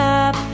up